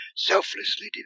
Selflessly